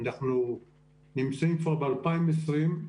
אנחנו נמצאים כבר ב-2020,